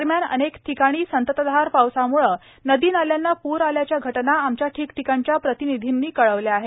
दरम्यान अनेक ठिकाणी संततधार पावसामुळं नदी नाल्यांना पूर आल्याच्या घटना आमच्या ठिकठिकाणच्या प्रतिनिधींनी कळवल्या आहेत